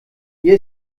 hier